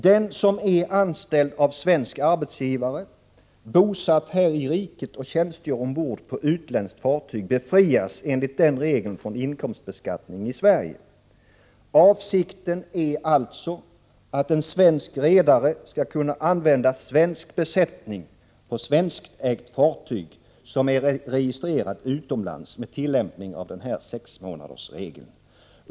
Den som är anställd av svensk arbetsgivare, bosatt här i riket och tjänstgör ombord på utländskt fartyg befrias enligt denna regel från inkomstbeskattning i Sverige. Avsikten är alltså att en svensk redare skall kunna använda svensk besättning på svenskägt fartyg som är registrerat utomlands, med tillämpning av denna sexmånadersregel.